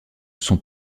sont